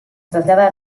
traslladà